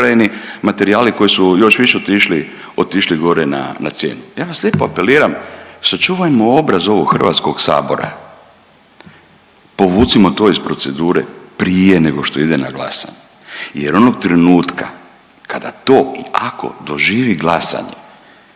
materijali koji su još više otišli, otišli gore na cijeni. Ja vas lijepo apeliram sačuvajmo obraz ovog Hrvatskog sabora, povucimo to iz procedure prije nego što ide na glasanje jer onog trenutka kada to i ako doživi glasanje